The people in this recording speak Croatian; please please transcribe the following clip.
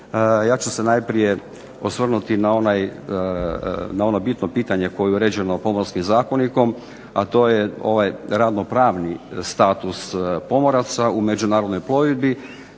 ja ću se najprije osvrnuti na onaj, na ono bitno pitanje koje je uređeno Pomorskim zakonikom, a to je ovaj ravnopravni status pomoraca u međunarodnoj plovidbi,